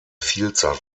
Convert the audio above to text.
vielzahl